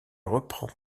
reprend